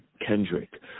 Kendrick